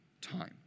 time